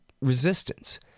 resistance